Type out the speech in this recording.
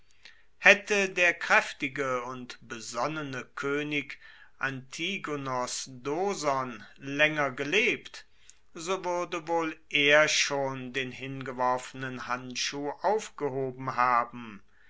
haette der kraeftige und besonnene koenig antigonos doson laenger gelebt so wuerde wohl er schon den hingeworfenen handschuh aufgehoben haben